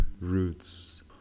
roots